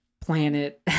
planet